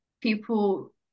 people